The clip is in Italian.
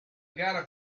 gara